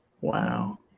Wow